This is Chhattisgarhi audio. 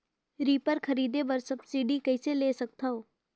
रीपर खरीदे बर सब्सिडी कइसे ले सकथव?